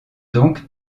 donc